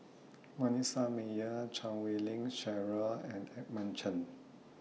Manasseh Meyer Chan Wei Ling Cheryl and Edmund Chen